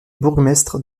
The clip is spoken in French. bourgmestre